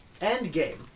Endgame